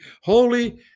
holy